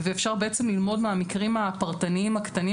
ואפשר בעצם ללמוד מהמקרים הפרטניים הקטנים